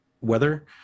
weather